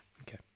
Okay